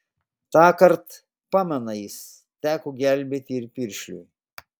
tąkart pamena jis teko gelbėti ir piršliui